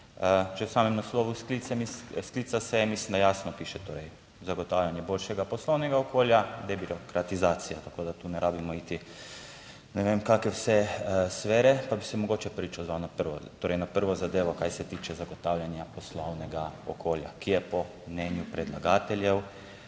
že v samem naslovu s sklica seje mislim, da jasno piše, torej zagotavljanje boljšega poslovnega okolja debirokratizacije. Tako da tu ne rabimo iti ne vem kako vse sfere, pa bi se mogoče prvič odzval na prvo, torej na prvo zadevo, kar se tiče zagotavljanja poslovnega okolja, ki je, po mnenju predlagateljev,